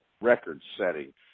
record-setting